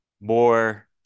more